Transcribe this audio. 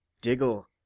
Diggle